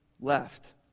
left